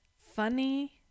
funny